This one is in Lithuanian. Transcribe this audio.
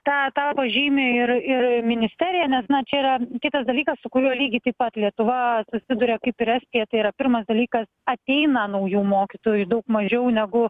tą tą pažymi ir ir ministerija nes na čia yra kitas dalykas su kuriuo lygiai taip pat lietuva susiduria kaip ir estija tai yra pirmas dalykas ateina naujų mokytojų daug mažiau negu